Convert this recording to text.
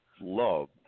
loved